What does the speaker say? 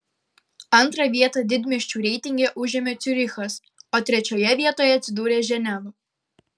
antrą vietą didmiesčių reitinge užėmė ciurichas o trečioje vietoje atsidūrė ženeva